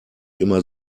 immer